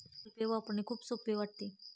Google Pay वापरणे खूप सोपे वाटते